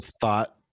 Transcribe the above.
thought